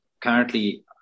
currently